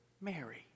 Mary